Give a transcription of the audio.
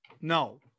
No